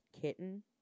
kitten